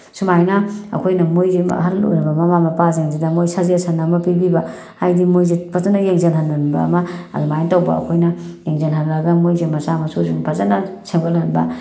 ꯁꯨꯃꯥꯏꯅ ꯑꯩꯈꯣꯏꯅ ꯃꯣꯏꯁꯦ ꯑꯍꯟ ꯑꯣꯏꯔꯕ ꯃꯃꯥ ꯃꯄꯥꯁꯤꯡꯁꯤꯗ ꯃꯣꯏ ꯁꯖꯦꯁꯟ ꯑꯃ ꯄꯤꯕꯤꯕ ꯍꯥꯏꯗꯤ ꯃꯣꯏꯁꯦ ꯐꯖꯅ ꯌꯦꯡꯁꯤꯟꯍꯜꯂꯟꯕ ꯑꯃ ꯑꯗꯨꯃꯥꯏꯅ ꯇꯧꯕ ꯑꯩꯈꯣꯏꯅ ꯌꯦꯡꯁꯤꯟꯍꯜꯂꯒ ꯃꯣꯏꯁꯦ ꯃꯆꯥ ꯃꯁꯨꯁꯤꯡ ꯐꯖꯅ ꯁꯦꯝꯒꯠꯍꯟꯕ